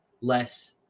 less